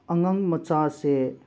ꯑꯉꯥꯡ ꯃꯆꯥꯁꯦ